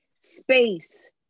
space